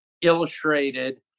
illustrated